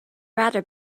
rather